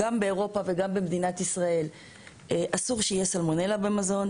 גם באירופה וגם במדינת ישראל אסור שתהיה סלמונלה במזון.